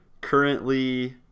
currently